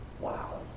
wow